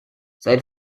sein